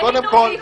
היינו.